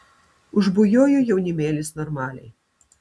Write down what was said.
užbujojo jaunimėlis normaliai